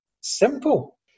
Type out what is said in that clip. Simple